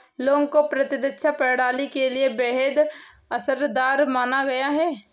लौंग को प्रतिरक्षा प्रणाली के लिए बेहद असरदार माना गया है